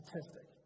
statistic